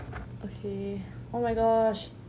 okay oh my gosh